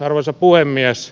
arvoisa puhemies